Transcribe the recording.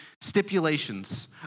stipulations